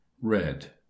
red